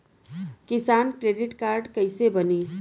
किसान credit card कइसे बानी?